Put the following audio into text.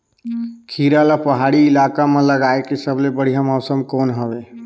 खीरा ला पहाड़ी इलाका मां लगाय के सबले बढ़िया मौसम कोन हवे?